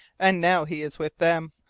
and now he is with them!